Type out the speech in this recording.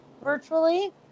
virtually